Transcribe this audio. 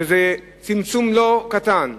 שזה צמצום לא קטן.